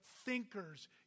thinkers